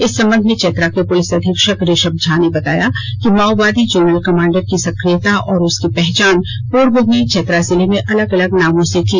इस संबंध में चतरा के पुलिस अधीक्षक ऋषभ झा ने बताया कि माओवादी जोनल कमांडर की सक्रियता और उसकी पहचान पूर्व में चतरा जिले में अलग अलग नामों से थी